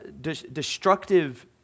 destructive